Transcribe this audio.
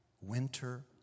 winter